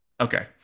Okay